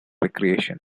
recreation